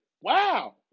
Wow